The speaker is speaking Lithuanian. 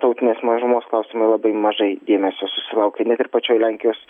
tautinės mažumos klausimai labai mažai dėmesio susilaukia net ir pačioj lenkijos